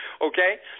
okay